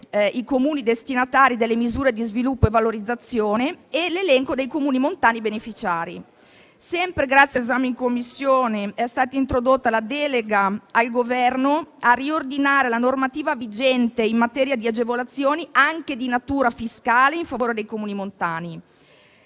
i Comuni destinatari delle misure di sviluppo e valorizzazione e l'elenco dei Comuni montani beneficiari. Sempre grazie all'esame in Commissione è stata introdotta la delega al Governo a riordinare la normativa vigente in materia di agevolazioni, anche di natura fiscale, in favore dei Comuni montani.